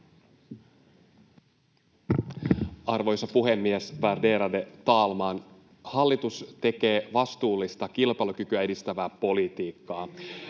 Arvoisa puhemies, värderade talman! Hallitus tekee vastuullista, kilpailukykyä edistävää politiikkaa.